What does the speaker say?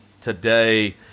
today